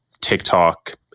TikTok